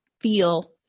feel